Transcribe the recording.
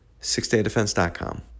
Sixdaydefense.com